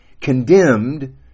condemned